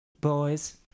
Boys